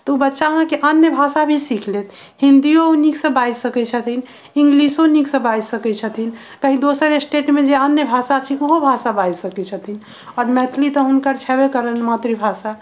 तऽ ओ बच्चा अहाँके अन्य भाषा भी सीख लेत हिन्दियो नीकसँ बाजि सकैत छथिन इङ्ग्लिशो नीकसँ बाजि सकैत छथिन कहीं दोसर स्टेटमे जे अन्य भाषा थिक ओहो भाषा बाजि सकैत छथिन आओर मैथिली तऽ हुनकर छबे करनि मातृभाषा